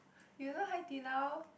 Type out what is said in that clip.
you know Hai-Di-Lao